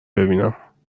ببینم